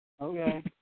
Okay